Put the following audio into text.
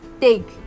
take